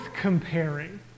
comparing